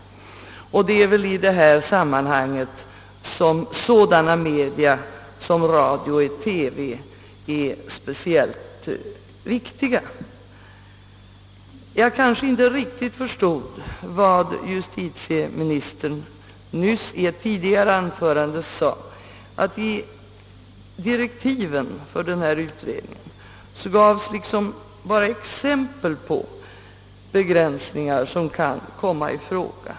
Det är i detta sammanhang media som radio och TV är speciellt viktiga. Jag förstod kanske inte riktigt vad justitieministern i sitt tidigare anförande sade om att det i direktiven för utredningen egentligen bara gavs exempel på begränsningar som kan komma i fråga.